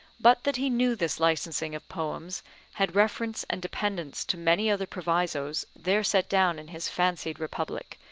but that he knew this licensing of poems had reference and dependence to many other provisos there set down in his fancied republic,